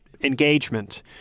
engagement